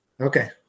Okay